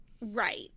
Right